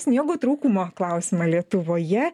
sniego trūkumo klausimą lietuvoje